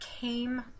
came